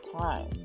time